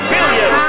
Billion